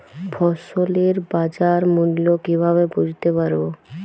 ফসলের বাজার মূল্য কিভাবে বুঝতে পারব?